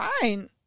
fine